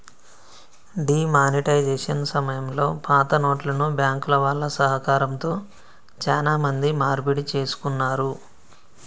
D monetisation సమయంలో పాతనోట్లను బ్యాంకుల వాళ్ళ సహకారంతో చానా మంది మార్పిడి చేసుకున్నారు